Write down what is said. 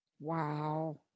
Wow